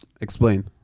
explain